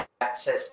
access